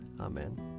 Amen